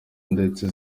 ndetse